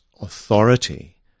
authority